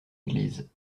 église